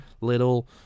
little